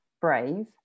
brave